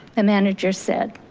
the manager said,